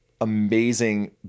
amazing